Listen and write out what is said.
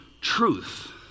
truth